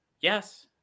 yes